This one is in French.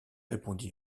répondit